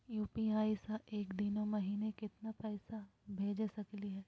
UPI स एक दिनो महिना केतना पैसा भेज सकली हे?